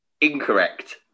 Incorrect